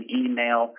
email